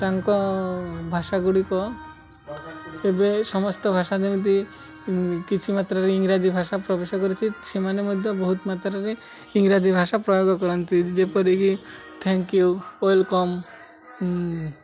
ତାଙ୍କ ଭାଷା ଗୁଡ଼ିକ ଏବେ ସମସ୍ତ ଭାଷା ଯେମିତି କିଛି ମାତ୍ରାରେ ଇଂରାଜୀ ଭାଷା ପ୍ରବେଶ କରିଛି ସେମାନେ ମଧ୍ୟ ବହୁତ ମାତ୍ରାରେ ଇଂରାଜୀ ଭାଷା ପ୍ରୟୋଗ କରନ୍ତି ଯେପରିକି ଥ୍ୟାଙ୍କ୍ ୟୁ ୱେଲକମ୍